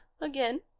again